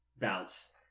bounce